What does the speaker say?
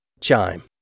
Chime